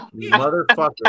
Motherfucker